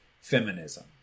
feminism